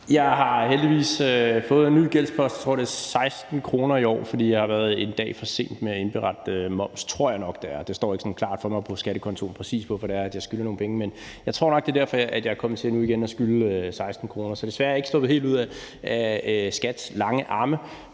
Jeg har heldigvis fået en ny gældspost. Jeg tror, den er på 16 kr. i år, fordi jeg har været en dag for sent med at indberette moms, tror jeg nok det er. Det står ikke sådan klart for mig på skattekontoen, præcis hvorfor det er, jeg skylder nogle penge. Men jeg tror nok, det er derfor, jeg er kommet til nu igen at skylde 16 kr. Så jeg er desværre ikke sluppet helt ud af skattemyndighedernes